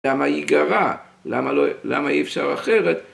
‫למה היא גרה? ‫למה אי אפשר אחרת?